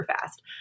fast